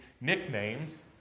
nicknames